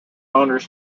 owners